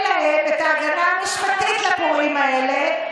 מממן להם את ההגנה המשפטית, לפורעים האלה.